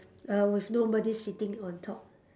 uh with nobody siting on top